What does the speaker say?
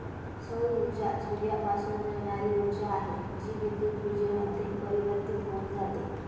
सौर ऊर्जा सूर्यापासून मिळणारी ऊर्जा आहे, जी विद्युत ऊर्जेमध्ये परिवर्तित होऊन जाते